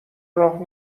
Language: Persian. راه